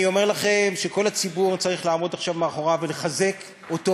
אני אומר לכם שכל הציבור צריך לעמוד עכשיו מאחוריו ולחזק אותו,